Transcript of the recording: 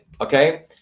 Okay